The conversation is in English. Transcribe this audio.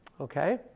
Okay